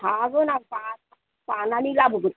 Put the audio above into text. थाबोनाय बानानै लाबोगोन